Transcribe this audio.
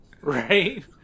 Right